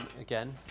again